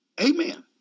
Amen